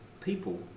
people